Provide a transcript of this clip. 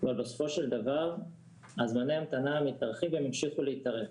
אבל בסופו של דבר זמני ההמתנה מתארכים והם ימשיכו להתארך.